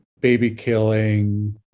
baby-killing